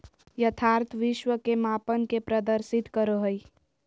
यथार्थ विश्व के मापन के प्रदर्शित करो हइ